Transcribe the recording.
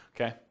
okay